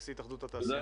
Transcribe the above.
נשיא התאחדות התעשיינים.